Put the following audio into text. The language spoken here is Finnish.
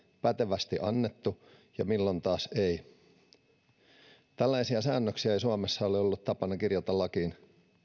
pätevästi annettu ja milloin taas ei tällaisia säännöksiä ei suomessa ole ollut tapana kirjata lakiin